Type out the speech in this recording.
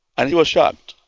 and he was shocked.